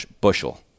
bushel